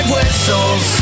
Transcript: Whistles